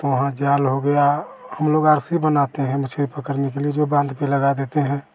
तो हो जाल हो गया हम लोग आर सी बनाते हैं मछली पकड़ने के लिए जो बाँध पर लगा देते हैं